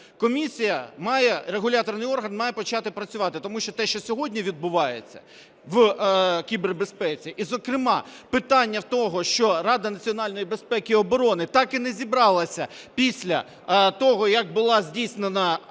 Комісія має, регуляторний орган, має почати працювати. Тому що те, що сьогодні відбувається в кібербезпеці і, зокрема, питання того, що Рада національної безпеки і оборони так і не зібралася після того, як була здійснена кібератака